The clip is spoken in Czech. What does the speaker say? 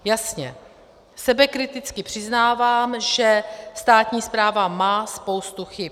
Jasně, sebekriticky přiznávám, že státní správa má spoustu chyb.